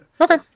Okay